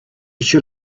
should